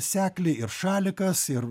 seklį ir šalikas ir